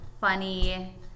funny